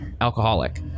alcoholic